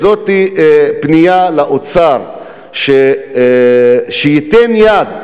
זוהי פנייה לאוצר שייתן יד.